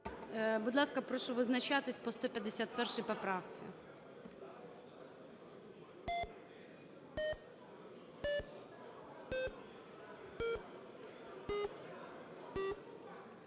Будь ласка, прошу визначатись по 151 поправці.